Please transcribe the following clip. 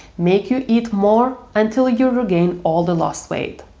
make you eat more, until you regain all the lost weight.